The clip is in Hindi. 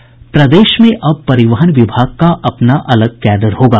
प्रदेश में अब परिवहन विभाग का अपना अलग कैडर होगा